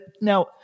Now